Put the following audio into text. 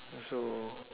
uh so